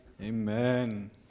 Amen